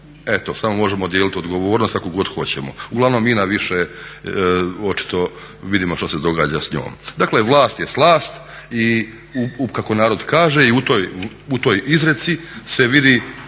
Eto samo možemo dijelit odgovornost kako god hoćemo, uglavnom INA više očito vidimo što se događa s njom. Dakle vlast je slast, kako narod kaže i u toj izreci se vide